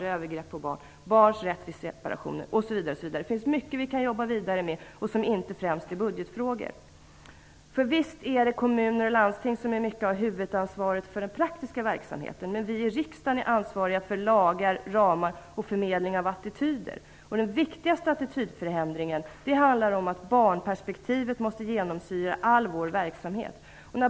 Jag tänker också på barns rätt vid separationer, osv. Det finns mycket vi kan jobba vidare med och som inte främst är budgetfrågor. Visst är det kommuner och landsting som i mycket har huvudansvaret för den praktiska verksamheten, men vi i riksdagen är ansvariga för lagar, ramar och förmedling av attityder. Den viktigaste attitydförändringen handlar om att barnperspektivet måste genomsyra all vår verksamhet.